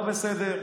לא בסדר.